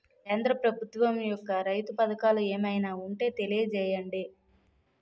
కేంద్ర ప్రభుత్వం యెక్క రైతు పథకాలు ఏమైనా ఉంటే తెలియజేయండి?